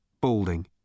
balding